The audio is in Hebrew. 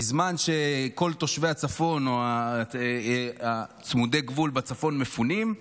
בזמן שכל תושבי הצפון או צמודי הגבול בצפון מפונים,